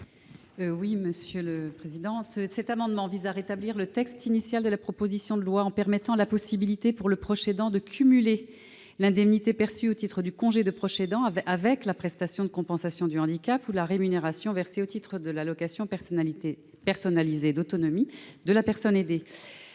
Mme Nadine Grelet-Certenais. Cet amendement vise à rétablir le texte initial de la proposition de loi, en offrant la possibilité au proche aidant de cumuler l'indemnité perçue au titre du congé de proche aidant avec la prestation de compensation du handicap, ou PCH, ou la rémunération versée au titre de l'allocation personnalisée d'autonomie, l'APA, de la personne aidée.